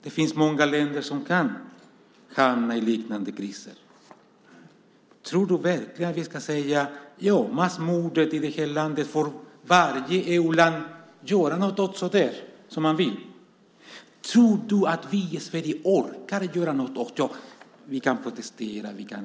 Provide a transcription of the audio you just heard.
Det finns många länder som kan hamna i liknande kriser. Tror du verkligen att vi ska säga: Massmordet i det här landet får varje land göra något åt, som man vill? Tror du verkligen att vi i Sverige orkar göra något åt det? Ja, vi kan protestera och lite sådant.